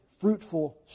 Fruitful